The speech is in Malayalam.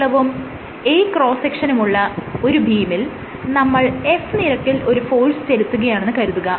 L നീളവും A ക്രോസ്സ് സെക്ഷനുമുള്ള ഒരു ബീമിൽ നമ്മൾ F നിരക്കിൽ ഒരു ഫോഴ്സ് ചെലുത്തുകയാണെന്ന് കരുതുക